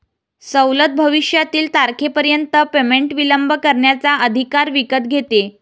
सवलत भविष्यातील तारखेपर्यंत पेमेंट विलंब करण्याचा अधिकार विकत घेते